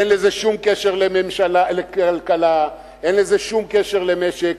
אין לזה שום קשר לכלכלה, אין לזה שום קשר למשק.